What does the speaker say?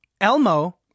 elmo